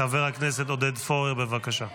חבר הכנסת עודד פורר, בבקשה.